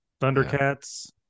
Thundercats